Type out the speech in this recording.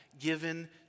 given